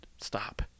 stop